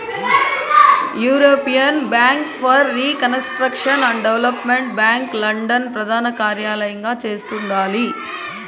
European bank for reconstruction and development bank London ప్రదానకార్యలయంగా చేస్తండాలి